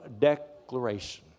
declaration